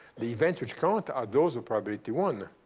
the events which count are those of probability one.